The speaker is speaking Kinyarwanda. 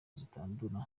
zitandura